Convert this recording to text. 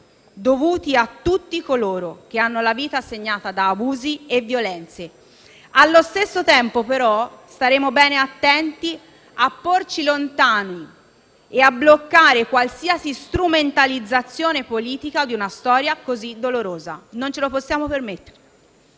dovuti a tutti coloro che hanno la vita segnata da abusi e violenze. Allo stesso tempo, però, staremo bene attenti a porci lontani e a bloccare qualsiasi strumentalizzazione politica di una storia così dolorosa. Non ce lo possiamo permettere.